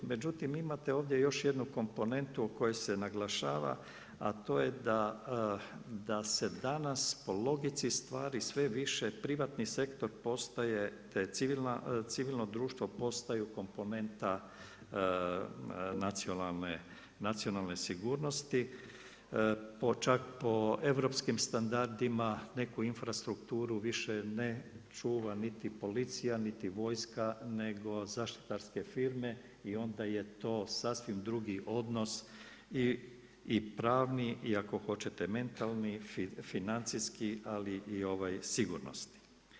Međutim, imate ovdje još jednu komponentu u kojoj se naglašava, a to je da se danas po logici stvari sve više privatni sektor postaje, te civilno društvo postaju komponenta nacionalne sigurnosti čak po europskim standardima neku infrastrukturu više ne čuva niti policija niti vojska nego zaštitarske firme i onda je to sasvim drugi odnos i pravni i ako hoćete, mentalni, financijski ali i sigurnosni.